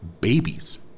babies